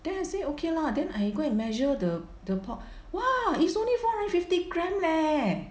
then I say okay lah then I go and measure the the pork !wah! is only four hundred and fifty gram leh